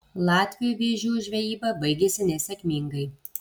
latviui vėžių žvejyba baigėsi nesėkmingai